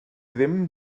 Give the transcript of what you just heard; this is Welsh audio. ddim